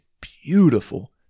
beautiful